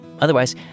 Otherwise